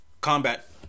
combat